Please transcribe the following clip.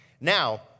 Now